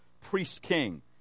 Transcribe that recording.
priest-king